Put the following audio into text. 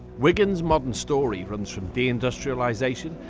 wigan's modern story runs from deindustrialisation,